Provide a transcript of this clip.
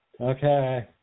Okay